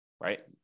right